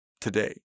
today